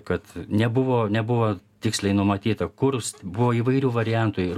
kad nebuvo nebuvo tiksliai numatyta kur buvo įvairių variantų ir